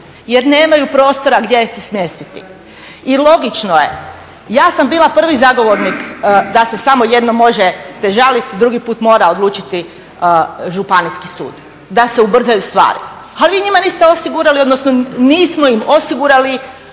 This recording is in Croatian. jer nemaju prostora gdje se smjestiti. I logično je, ja sam bila prvi zagovornik da se samo jednom možete žaliti, drugi put mora odlučiti Županijski sud, da se ubrzaju stvari, ali vi njima niste osigurali, odnosno nismo im osigurali